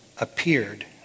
appeared